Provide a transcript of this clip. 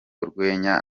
urwenya